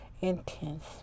intense